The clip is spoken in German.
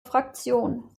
fraktion